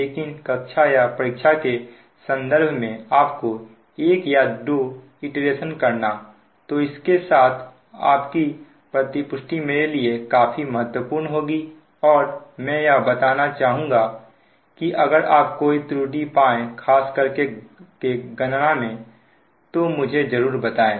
लेकिन कक्षा या परीक्षा के संदर्भ में आपको एक या दो इटरेशन करना तो इसके साथ आप की प्रतिपुष्टि मेरे लिए काफी महत्वपूर्ण होगी और मैं यह बताना चाहूंगा कि अगर आप कोई त्रुटि पाए खास करके गणना में तो मुझे जरूर बताएं